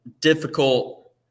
difficult